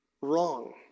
wrong